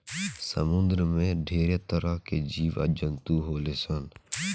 समुंद्र में ढेरे तरह के जीव आ जंतु होले सन